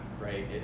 right